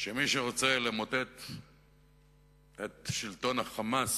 שכל מי שרוצה למוטט את שלטון ה"חמאס"